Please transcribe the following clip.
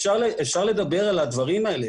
אפשר לדבר על הדברים האלה,